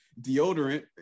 deodorant